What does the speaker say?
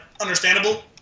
understandable